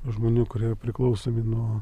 žmonių kurie priklausomi nuo